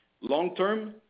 Long-term